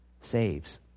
saves